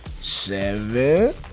Seven